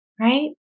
right